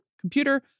computer